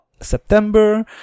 September